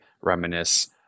reminisce